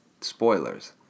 Spoilers